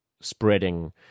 spreading